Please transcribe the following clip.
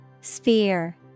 Sphere